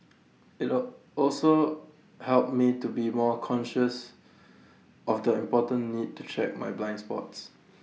IT all also helped me to be more conscious of the important need to check my blind spots